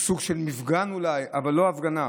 סוג של מפגן אולי, אבל לא הפגנה,